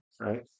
Right